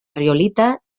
riolita